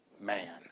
man